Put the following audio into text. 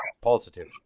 positive